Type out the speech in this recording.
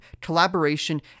collaboration